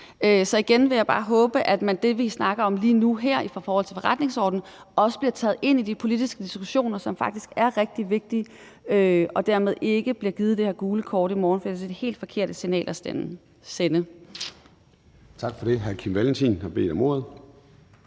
Så igen vil jeg bare håbe, at det, vi snakker om lige nu i forhold til forretningsordenen, også bliver taget ind i de politiske diskussioner, som faktisk er rigtig vigtige, så der dermed ikke bliver givet det her gule kort i morgen, for det er det helt forkerte signal at sende. Kl. 10:20 Formanden (Søren